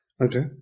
Okay